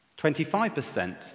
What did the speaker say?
25%